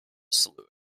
saloon